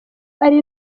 ari